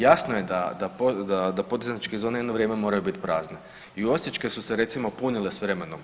Jasno je da poduzetničke zone jedno vrijeme moraju biti prazne i osječke su se recimo punile s vremenom.